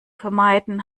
vermeiden